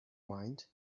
mind